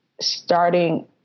Starting